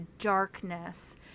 darkness